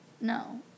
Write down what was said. no